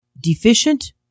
deficient